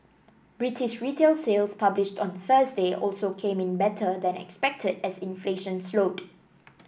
British retail sales published on Thursday also came in better than expected as inflation slowed